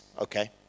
okay